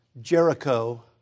Jericho